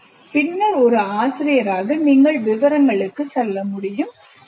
பின்னர் ஒரு ஆசிரியராக நீங்கள் விவரங்களுக்குச் செல்கிறீர்கள்